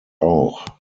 auch